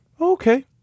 okay